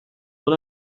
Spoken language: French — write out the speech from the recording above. dans